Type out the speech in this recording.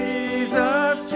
Jesus